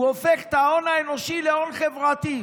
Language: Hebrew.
הוא הופך את ההון האנושי להון חברתי.